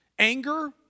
Anger